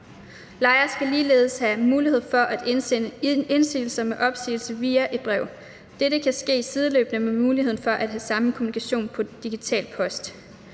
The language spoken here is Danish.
Lejer skal ligeledes have mulighed for at sende indsigelse mod opsigelsen via et brev. Dette kan ske sideløbende med muligheden for at have samme kommunikation på digital post.